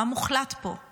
מה מוחלט פה?